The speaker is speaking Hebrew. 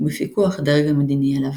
ובפיקוח הדרג המדיני עליו.